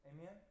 Amen